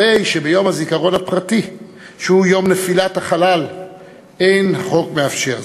ואילו ביום הזיכרון הפרטי שהוא יום נפילת החלל אין החוק מאפשר זאת.